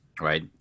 right